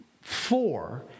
four